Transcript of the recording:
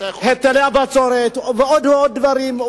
היטל הבצורת ועוד ועוד דברים,